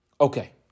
Okay